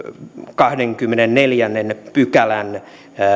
kahdennenkymmenennenneljännen pykälän